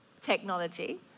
technology